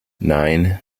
nine